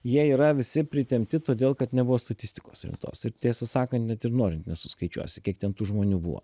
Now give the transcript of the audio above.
jie yra visi pritempti todėl kad nebuvo statistikos rimtos ir tiesą sakant net ir norint nesuskaičiuosi kiek ten tų žmonių buvo